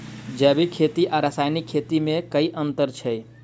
जैविक खेती आ रासायनिक खेती मे केँ अंतर छै?